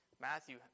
Matthew